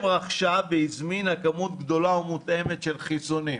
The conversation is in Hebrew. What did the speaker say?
רכשה והזמינה כמות גדולה ומותאמת של חיסונים.